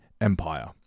Empire